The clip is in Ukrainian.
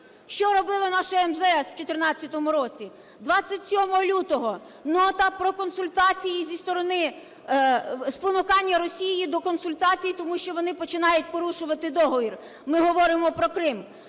Що робило наше МЗС в 2014 році? 27 лютого нота про консультації зі сторони… спонукання Росії до консультацій, тому що вони починають порушувати договір. Ми говоримо про Крим.